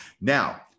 Now